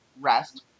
rest